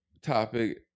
topic